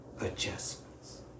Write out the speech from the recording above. adjustments